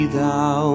thou